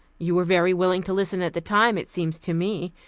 you were very willing to listen at the time, it seems to me,